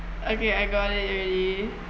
okay I got it already